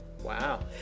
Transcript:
Wow